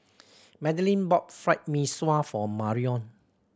Madalyn bought Fried Mee Sua for Marion